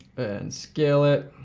and scale it.